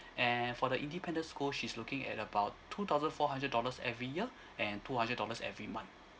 and for the independent school she's looking at about two thousand four hundred dollars every year and two hundred dollars every month